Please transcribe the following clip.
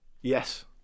Yes